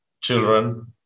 children